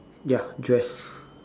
ya dress